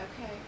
Okay